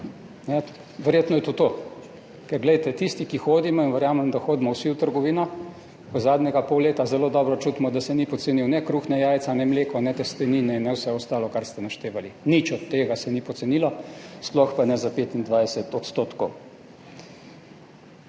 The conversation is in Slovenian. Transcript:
verjetno je to to. Ker glejte, tisti, ki hodimo v trgovino, verjamem, da vsi, v zadnjega pol leta zelo dobro čutimo, da se ni pocenil ne kruh, ne jajca, ne mleko, ne testenine in ne vse ostalo, kar ste naštevali. Nič od tega se ni pocenilo, sploh pa ne za 25 %.